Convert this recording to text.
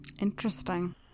Interesting